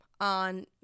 on